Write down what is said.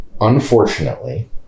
unfortunately